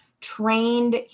trained